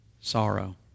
Sorrow